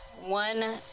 one